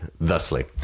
thusly